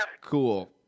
cool